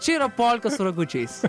čia yra polka su ragučiais